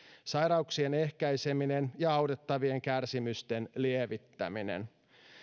sairauksien ehkäiseminen ja autettavien kärsimysten lievittäminen